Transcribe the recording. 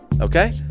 Okay